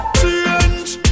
change